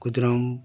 Khudiram